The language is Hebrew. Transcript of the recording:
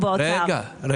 הסוציאליים.